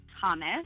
Thomas